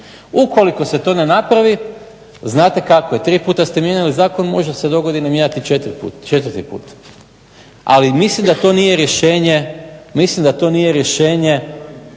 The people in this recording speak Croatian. Ukoliko se to ne napravi znate kako je. Tri puta ste mijenjali zakon možda se dogodi ga mijenjati četvrti put. Ali mislim da to nije rješenje. To tko će mijenjati